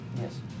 Yes